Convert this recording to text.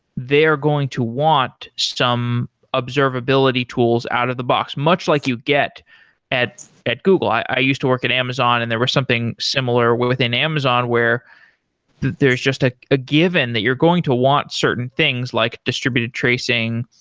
they're going to want some observability tools out of the box, much like you get at at google. i used to work at amazon and there was something similar within amazon, where there's just a ah given that you're going to want certain things like distributed tracing,